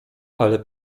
ale